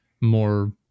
more